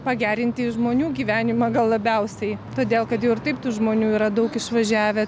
pagerinti žmonių gyvenimą gal labiausiai todėl kad jau ir taip tų žmonių yra daug išvažiavę